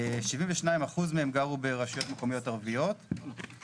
72% מהם גרו ברשויות מקומיות ערביות,